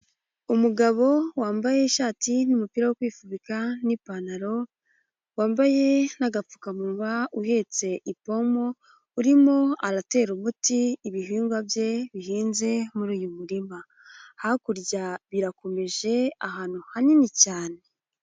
umugabo wambaye ishati n'umupira wo kwifubika n'ipantaro wambaye n'agapfukamunwa uhetse ipombo urimo aratera umuti ibihingwa bye bihinze muri uyu murima, hakurya birakomeje ahantu hanini cyane.